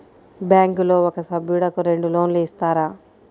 బ్యాంకులో ఒక సభ్యుడకు రెండు లోన్లు ఇస్తారా?